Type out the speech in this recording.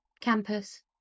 Campus